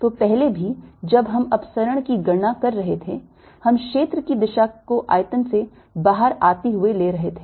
तो पहले भी जब हम अपसरण की गणना कर रहे थे हम क्षेत्र की दिशा को आयतन से बाहर आती हुई ले रहे थे